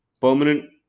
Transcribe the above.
permanent